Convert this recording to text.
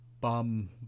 bum